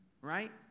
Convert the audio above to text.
Right